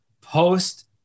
post